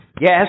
Yes